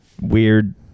weird